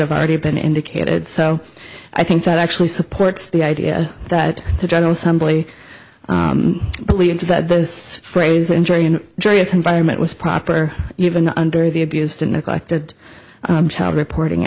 have already been indicated so i think that actually supports the idea that the general somebody believe that this phrase injury and joyous environment was proper even under the abused and neglected child reporting